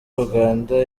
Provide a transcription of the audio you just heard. uganda